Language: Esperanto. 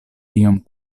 iom